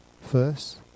first